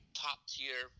top-tier